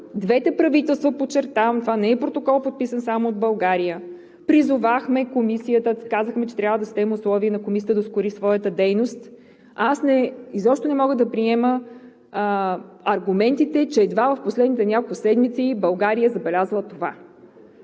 съставихме план, подчертавам, това не е протокол, подписан само от България, призовахме Комисията, казахме, че трябва да създадем условия на Комисията да ускори своята дейност, изобщо не мога да приема аргументите, че едва в последните няколко седмици България е забелязала това.